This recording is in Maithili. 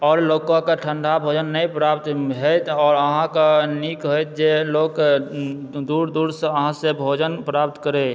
आओर लोककऽ ठण्डा भोजन नहि प्राप्त होयत आओर अहाँके नीक होयत जँ लोक दूर दूरसँ अहाँसँ भोजन प्राप्त करै